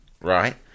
right